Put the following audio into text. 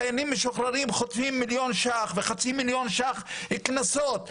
חיילים משוחררים חוטפים מיליון שקל וחצי מיליון שקל על קנסות,